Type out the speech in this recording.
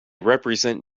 represent